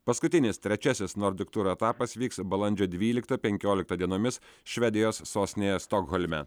paskutinis trečiasis nordic tour etapas vyks balandžio dvyliktą penkioliktą dienomis švedijos sostinėje stokholme